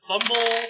fumble